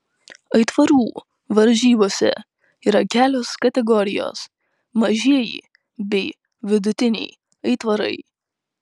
aitvarų varžybose yra kelios kategorijos mažieji bei vidutiniai aitvarai